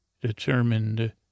determined